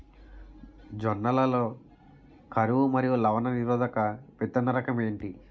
జొన్న లలో కరువు మరియు లవణ నిరోధక విత్తన రకం ఏంటి?